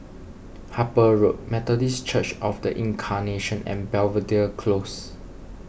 Harper Road Methodist Church of the Incarnation and Belvedere Close